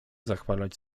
zachwalać